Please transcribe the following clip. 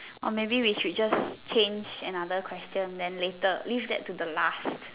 or maybe we should just change another question then later leave that to the last